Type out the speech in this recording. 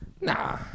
Nah